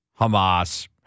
Hamas